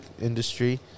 industry